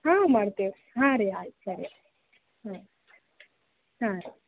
ಹಾಂ ಮಾಡ್ತೇವೆ ರೀ ಹಾಂ ರೀ ಆಯ್ತು ಸರಿ ಹಾಂ ಹಾಂ ರೀ